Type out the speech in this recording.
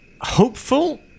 hopeful